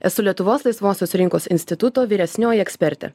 esu lietuvos laisvosios rinkos instituto vyresnioji ekspertė